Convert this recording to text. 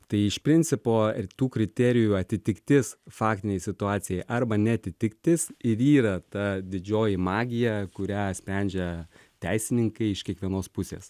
tai iš principo ir tų kriterijų atitiktis faktinei situacijai arba neatitiktis ir yra ta didžioji magija kurią sprendžia teisininkai iš kiekvienos pusės